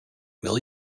will